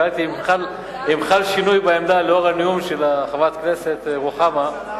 שאלתי אם חל שינוי בעמדה לאור הנאום של חברת הכנסת רוחמה,